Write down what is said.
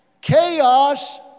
chaos